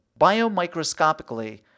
biomicroscopically